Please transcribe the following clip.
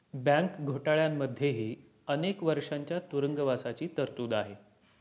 bank घोटाळ्यांमध्येही अनेक वर्षांच्या तुरुंगवासाची तरतूद आहे